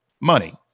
money